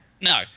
No